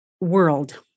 world